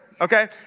okay